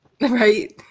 Right